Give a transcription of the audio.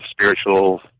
spiritual